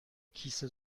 کیسه